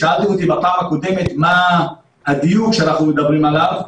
שאלת אותי בפעם הקודמת מה הדיוק שאנחנו מדברים עליו,